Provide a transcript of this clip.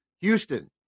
Houston